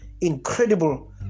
incredible